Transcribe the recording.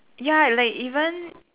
ya like even